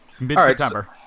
mid-September